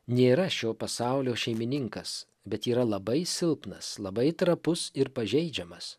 nėra šio pasaulio šeimininkas bet yra labai silpnas labai trapus ir pažeidžiamas